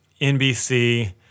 NBC